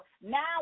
Now